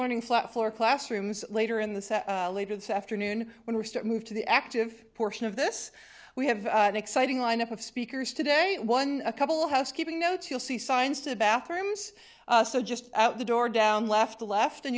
learning flat floor classrooms later in the later this afternoon when we start move to the active portion of this we have an exciting lineup of speakers today one a couple of housekeeping notes you'll see signs to the bathrooms so just out the door down left the left and